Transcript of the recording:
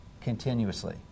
continuously